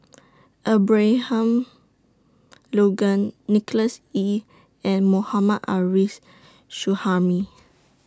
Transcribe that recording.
Abraham Logan Nicholas Ee and Mohammad Ares Suhaimi